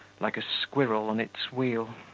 like a squirrel on its wheel.